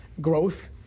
growth